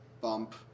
bump